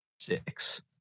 six